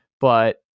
But-